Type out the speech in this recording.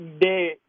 day